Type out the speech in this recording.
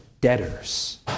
debtors